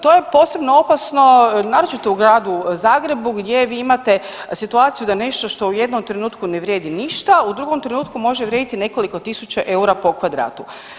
To je posebno opasno, naročito u gradu Zagrebu gdje vi imate situaciju da nešto što u jednom trenutku ne vrijedi ništa, u drugom trenutku može vrijediti nekoliko tisuća eura po kvadratu.